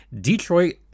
Detroit